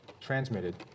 transmitted